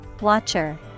Watcher